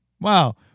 wow